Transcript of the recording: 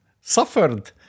suffered